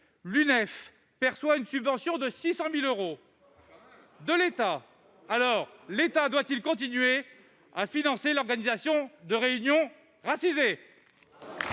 l'UNEF perçoit une subvention de 600 000 euros de l'État. Aussi, l'État doit-il continuer à financer l'organisation de réunions « racisées »